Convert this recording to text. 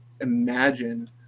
imagine